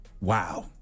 Wow